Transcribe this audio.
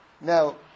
Now